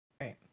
right